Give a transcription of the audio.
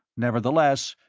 nevertheless,